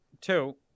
Two